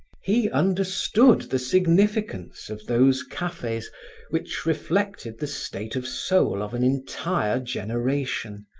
he understood the significance of those cafes which reflected the state of soul of an entire generation,